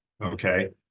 okay